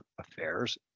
Affairs